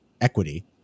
equity –